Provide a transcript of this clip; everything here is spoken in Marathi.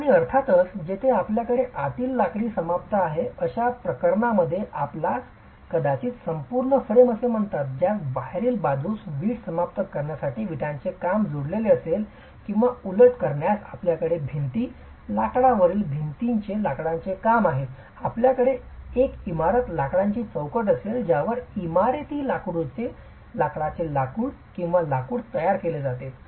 आणि अर्थातच जेथे आपल्याकडे आतील लाकडी समाप्त आहे अशा प्रकरणांमध्ये आपल्यास कदाचित संपूर्ण फ्रेम असे म्हणतात ज्यास बाहेरील बाजूस वीट समाप्त करण्यासाठी विटांचे काम जोडलेले असेल किंवा उलट असल्यास आपल्याकडे भिंतींच्या लाकडावरील भिंतीवरील लाकडाचे काम आहे आपल्याकडे एक इमारती लाकडाची चौकट असेल ज्यावर इमारती लाकडाचे लाकूड किंवा लाकूड तयार केले जाते